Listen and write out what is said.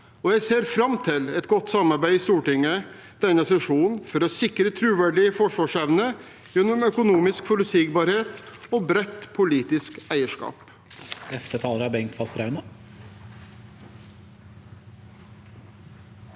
Jeg ser fram til et godt samarbeid i Stortinget denne sesjonen for å sikre troverdig forsvarsevne gjennom økonomisk forutsigbarhet og bredt politisk eierskap.